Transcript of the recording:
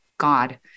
God